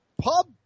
pub